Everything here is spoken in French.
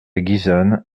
guisane